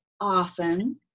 often